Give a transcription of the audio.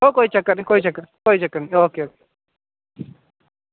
एह् कोई चक्कर निं कोई चक्कर निं कोई गल्ल निं